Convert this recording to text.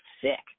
sick